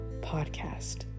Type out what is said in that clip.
podcast